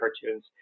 cartoons